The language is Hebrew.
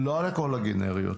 לא, לא לכל הגנריות.